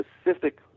specific